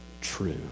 True